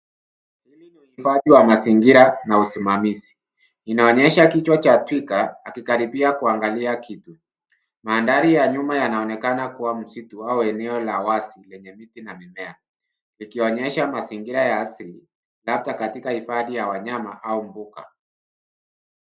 Uhifadhi wa mazingira na usimamizi, inaponyesha kichwa cha twiga akikaribia kuangalia kitu. Mandhari ya nyuma yanaonekana kuwa msitu au eneo la wazi lenye miti na mimea, ikionyesha mazingira ya asili labda katika hifadhi ya wanyama au mbuga.